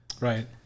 Right